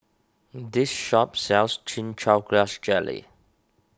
this shop sells Chin Chow Grass Jelly